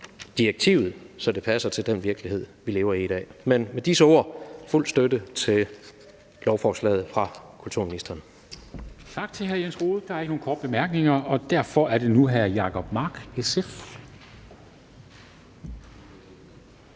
direktivet, så det passer til den virkelighed, vi lever i i dag. Men med disse ord giver vi fuld støtte til lovforslaget fra kulturministeren. Kl. 15:02 Formanden (Henrik Dam Kristensen): Tak til hr. Jens Rohde. Der er ikke nogen korte bemærkninger, og derfor er det nu hr. Jacob Mark, SF.